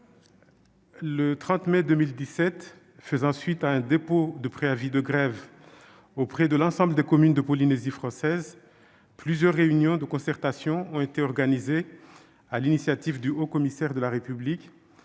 le 30 mai 2017, faisant suite au dépôt d'un préavis de grève dans l'ensemble des communes de Polynésie française, plusieurs réunions de concertation ont été organisées sur l'initiative du haut-commissaire de la République,